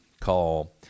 call